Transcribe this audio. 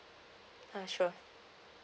uh sure